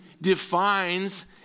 defines